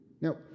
now